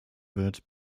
wird